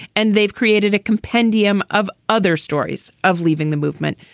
and they've created a compendium of other stories of leaving the movement.